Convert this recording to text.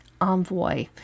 envoy